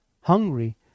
hungry